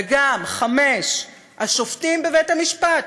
וגם, 5. השופטים בבית-המשפט,